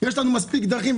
יש לנו מספיק דרכים,